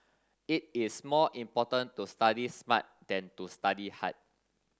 it is more important to study smart than to study hard